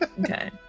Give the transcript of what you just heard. okay